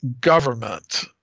government